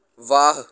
ਵਾਹ